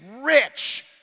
rich